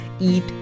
eat